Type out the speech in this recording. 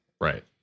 Right